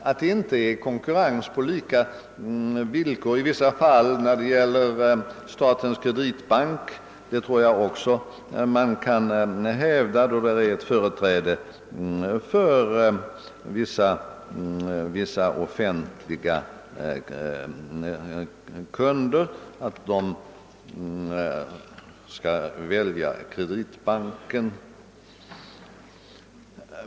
Att det inte råder konkurrens på lika villkor i vissa fall vad beträffar Statens kreditbank tror jag också man kan hävda. Det hävdas nämligen att en del offentliga kunder har skäl att välja Kreditbanken.